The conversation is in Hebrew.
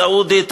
סעודית,